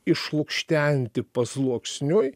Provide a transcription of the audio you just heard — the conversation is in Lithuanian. išlukštenti pasluoksniui